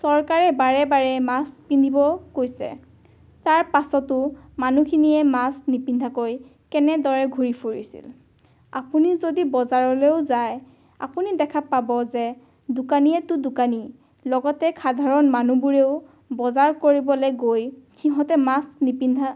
চৰকাৰে বাৰে বাৰে মাস্ক পিন্ধিব কৈছে তাৰ পাছতো মানুহখিনিয়ে মাস্ক নিপিন্ধাকৈ কেনেদৰে ঘূৰি ফুৰিছিল আপুনি যদি বজাৰলৈও যায় আপুনি দেখা পাব যে দোকানীয়েতো দোকানী লগতে সাধাৰণ মানুহবোৰেও বজাৰ কৰিবলৈ গৈ সিহঁতে মাস্ক নিপিন্ধা